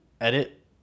edit